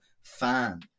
fan